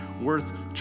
worth